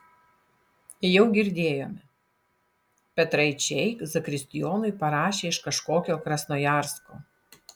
jau girdėjome petraičiai zakristijonui parašė iš kažkokio krasnojarsko